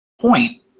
point